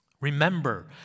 Remember